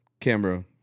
camera